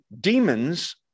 demons